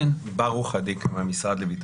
הדיונים בבית